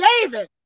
David